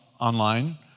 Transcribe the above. online